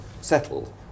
settled